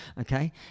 okay